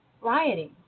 rioting